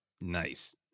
Nice